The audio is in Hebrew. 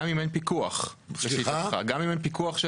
גם אם אין פיקוח של המדינה.